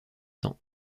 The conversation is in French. temps